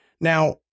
Now